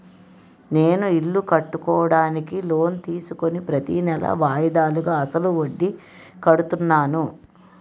నేను ఇల్లు కట్టుకోడానికి లోన్ తీసుకుని ప్రతీనెలా వాయిదాలుగా అసలు వడ్డీ కడుతున్నాను